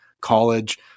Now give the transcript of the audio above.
college